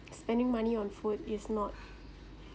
spending money on food is not